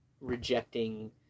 rejecting